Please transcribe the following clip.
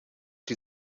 die